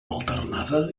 alternada